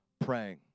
praying